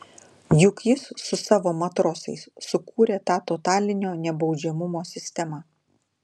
juk jis su savo matrosais sukūrė tą totalinio nebaudžiamumo sistemą